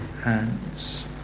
hands